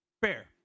Fair